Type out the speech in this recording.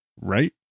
right